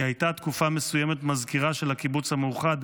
היא הייתה תקופה מסוימת מזכירה של הקיבוץ המאוחד,